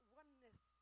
oneness